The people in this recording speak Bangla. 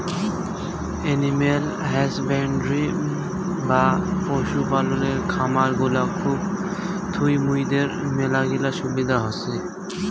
এনিম্যাল হাসব্যান্ডরি বা পশু পালনের খামার গুলা থুই মুইদের মেলাগিলা সুবিধা হসে